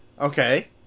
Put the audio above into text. Okay